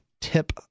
tip